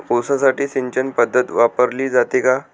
ऊसासाठी सिंचन पद्धत वापरली जाते का?